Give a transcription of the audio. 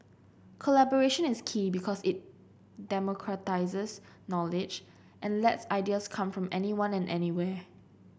collaboration is key because it democratises knowledge and lets ideas come from anyone and anywhere